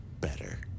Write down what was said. better